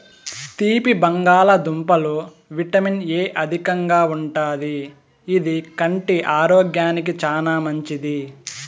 తీపి బంగాళదుంపలలో vitamin A అధికంగా ఉంటాది, ఇది కంటి ఆరోగ్యానికి చానా మంచిది